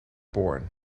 born